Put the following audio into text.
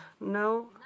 no